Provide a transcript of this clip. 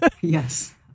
yes